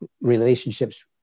relationships